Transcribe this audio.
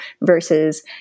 versus